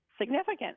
significant